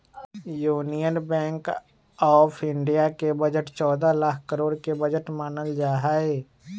union Bank of India के budget चौदह लाख करोड के बजट मानल जाहई